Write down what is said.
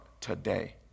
today